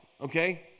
okay